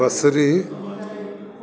बसरी